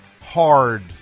Hard